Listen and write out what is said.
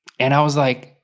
and i was like,